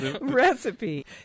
recipe